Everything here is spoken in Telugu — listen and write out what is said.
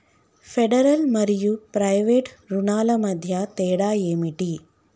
ఫెడరల్ మరియు ప్రైవేట్ రుణాల మధ్య తేడా ఏమిటి?